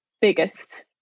biggest